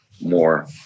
more